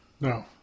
No